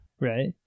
right